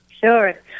sure